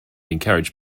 encouraged